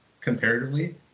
comparatively